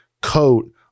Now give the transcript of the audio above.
coat